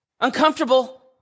uncomfortable